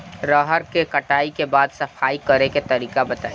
रहर के कटाई के बाद सफाई करेके तरीका बताइ?